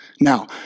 Now